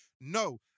No